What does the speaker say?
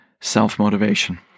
self-motivation